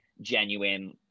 genuine